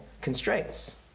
constraints